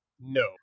No